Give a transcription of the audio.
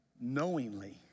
knowingly